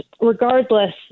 regardless